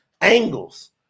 angles